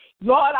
Lord